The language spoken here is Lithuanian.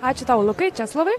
ačiū tau lukai česlovai